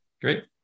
Great